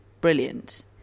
brilliant